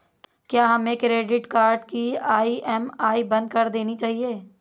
क्या हमें credit card की ई.एम.आई बंद कर देनी चाहिए?